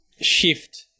shift